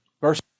Verse